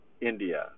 India